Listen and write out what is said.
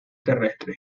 terrestre